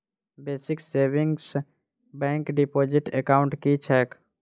Basic savings bank deposit account की छैक?